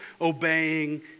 obeying